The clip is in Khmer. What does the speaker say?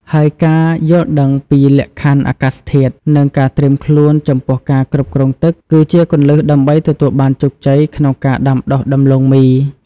ហើយការយល់ដឹងពីលក្ខខណ្ឌអាកាសធាតុ និងការត្រៀមខ្លួនចំពោះការគ្រប់គ្រងទឹក គឺជាគន្លឹះដើម្បីទទួលបានជោគជ័យក្នុងការដាំដុះដំឡូងមី។